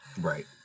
Right